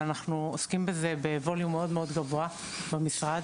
ואנחנו עוסקים בזה בווליום מאוד מאוד גבוה במשרד,